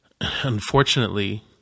unfortunately